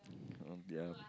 on their